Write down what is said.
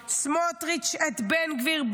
סמוטריץ' את בן גביר,